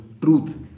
truth